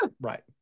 Right